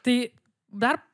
tai dar